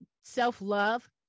self-love